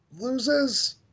loses